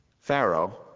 Pharaoh